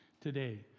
today